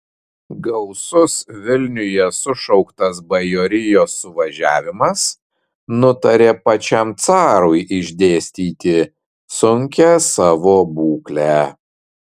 gausus vilniuje sušauktas bajorijos suvažiavimas nutarė pačiam carui išdėstyti sunkią savo būklę